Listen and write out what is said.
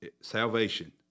salvation